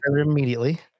immediately